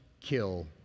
kill